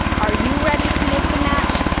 are you ready to make the match?